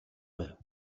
байв